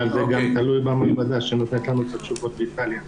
אבל זה גם תלוי גם במעבדה שנותנת לנו את התשובות באיטליה.